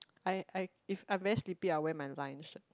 I I if I'm very sleep I'll wear my line shirt